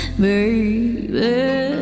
baby